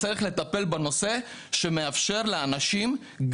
צריך לטפל בנושא שמאפשר לאנשים להתקיים,